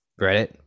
Reddit